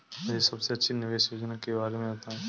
मुझे सबसे अच्छी निवेश योजना के बारे में बताएँ?